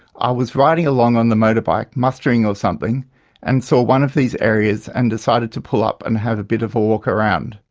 i was riding along on the motorbike mustering or something and saw so one of these areas and decided to pull up and have a bit of a walk around,